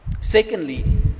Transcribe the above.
Secondly